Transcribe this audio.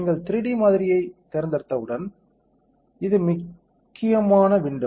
நீங்கள் 3D மாதிரியைத் தேர்ந்தெடுத்தவுடன் இது மிக முக்கியமான விண்டோ